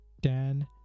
Dan